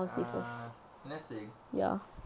ah nursing